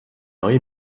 neue